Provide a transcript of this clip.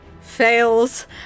fails